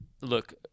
Look